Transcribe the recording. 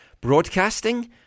broadcasting